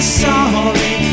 sorry